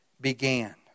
began